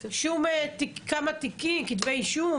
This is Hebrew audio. כמה תיקים, כתבי אישום,